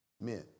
men